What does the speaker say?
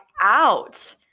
out